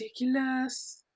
ridiculous